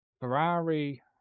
Ferrari